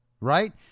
right